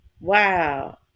Wow